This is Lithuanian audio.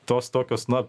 tos tokios na